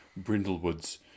Brindlewood's